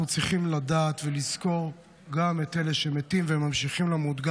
אנחנו צריכים לדעת ולזכור גם את אלה שמתים וממשיכים למות.